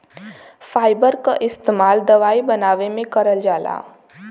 fibre क इस्तेमाल दवाई बनावे में करल जाला